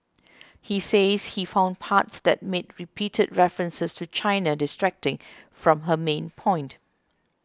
he says he found parts that made repeated references to China distracting from her main point